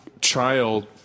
child